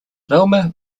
roma